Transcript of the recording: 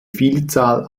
vielzahl